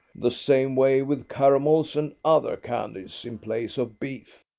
the same way with caramels and other candies in place of beef.